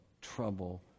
trouble